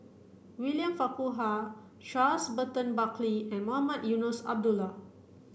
William Farquhar Charles Burton Buckley and Mohamed Eunos Abdullah